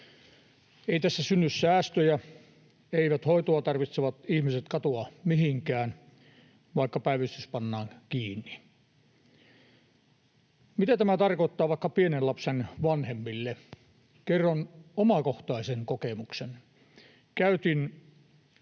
Ei tässä synny säästöjä. Eivät hoitoa tarvitsevat ihmiset katoa mihinkään, vaikka päivystys pannaan kiinni. Mitä tämä tarkoittaa vaikka pienen lapsen vanhemmille? Kerron omakohtaisen kokemuksen: Käytin